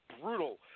brutal